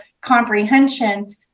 comprehension